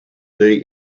they